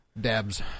Dabs